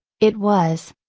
it was,